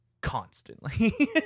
constantly